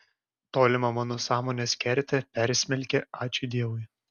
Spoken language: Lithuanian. tolimą mano sąmonės kertę persmelkė ačiū dievui